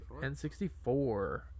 N64